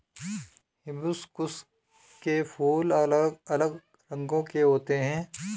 hibiscus के फूल अलग अलग रंगो के होते है